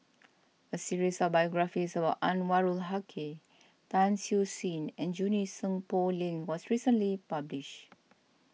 a series of biographies about Anwarul Haque Tan Siew Sin and Junie Sng Poh Leng was recently published